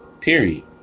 period